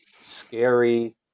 scary